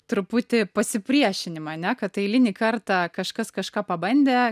truputį pasipriešinimą ne kad eilinį kartą kažkas kažką pabandė